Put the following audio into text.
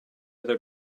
other